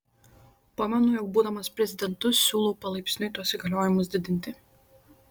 pamenu jog būdamas prezidentu siūlau palaipsniui tuos įgaliojimus didinti